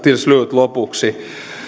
lopuksi